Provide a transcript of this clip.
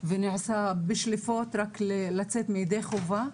ונעשה בשליפות, רק לצאת ידי חובה.